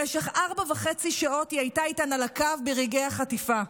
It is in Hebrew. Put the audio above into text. במשך ארבע וחצי שעות היא הייתה איתן על הקו ברגעי החטיפה.